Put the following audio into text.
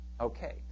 Okay